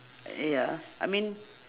ya I mean